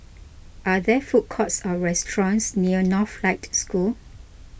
are there food courts or restaurants near Northlight School